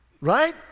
Right